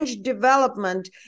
development